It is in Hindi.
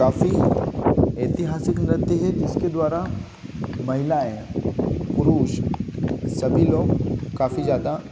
काफ़ी ऐतिहासिक नृत्य है जिसके द्वारा महिलाएँ पुरुष सभी लोग काफ़ी ज़्यादा